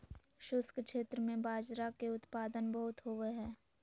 शुष्क क्षेत्र में बाजरा के उत्पादन बहुत होवो हय